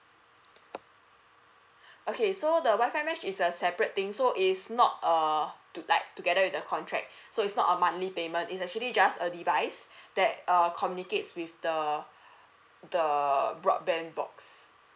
okay so the WI-FI mesh is a separate thing so it's not err like together with the contract so it's not a monthly payment is actually just a device that err communicates with the the broadband box